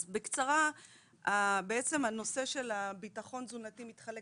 אז בקצרה, הנושא של ביטחון תזונתי מתחלק